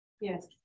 Yes